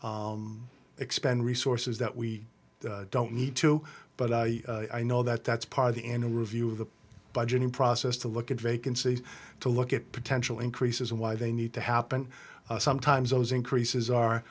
to expend resources that we don't need to but i know that that's part of the in a review of the budgeting process to look at vacancies to look at potential increases and why they need to happen sometimes those increases are